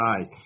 size